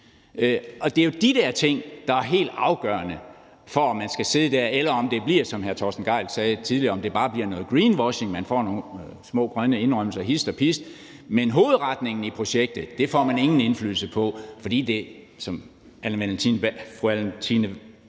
og det er jo de der ting, der er helt afgørende for, om man skal sidde der, eller om det, som hr. Torsten Gejl sagde tidligere, bare bliver noget greenwashing, og man får nogle små grønne indrømmelser hist og pist, men hovedretningen i projektet får man ingen indflydelse på, fordi der, som fru Anne